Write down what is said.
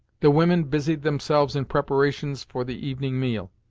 the women busied themselves in preparations for the evening meal,